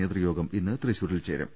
നേതൃയോഗം ഇന്ന് തൃശൂരിൽ ചേരും